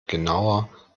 genauer